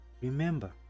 Remember